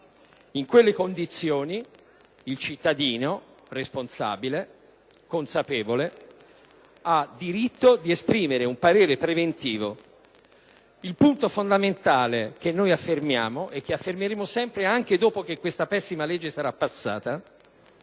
In quelle condizioni, il cittadino responsabile e consapevole ha diritto di esprimere un parere preventivo. Il punto fondamentale che affermiamo e affermeremo sempre, anche dopo che questa pessima legge sarà passata,